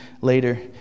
later